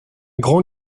grand